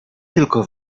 tylko